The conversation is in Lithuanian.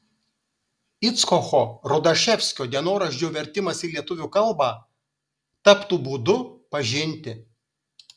icchoko rudaševskio dienoraščio vertimas į lietuvių kalbą taptų būdu pažinti